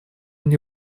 мне